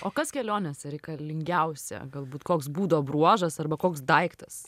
o kas kelionėse reikalingiausia galbūt koks būdo bruožas arba koks daiktas